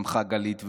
שמחה גלית ואמרה: